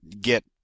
get